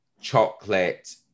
chocolate